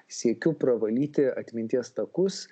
siekiu pravalyti atminties takus